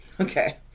Okay